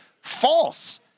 False